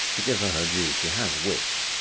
to give her her due, she has wit.